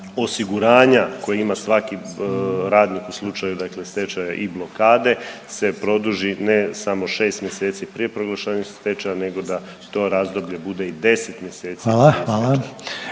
osiguranja koje ima svaki radnik u slučaju dakle stečaja i blokade se produži ne samo 6 mjeseci prije proglašenja stečaja nego da to razdoblje bude i 10 mjeseci prije stečaja.